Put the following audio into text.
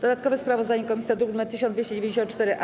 Dodatkowe sprawozdanie komisji to druk nr 1294-A.